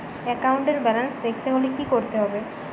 একাউন্টের ব্যালান্স দেখতে হলে কি করতে হবে?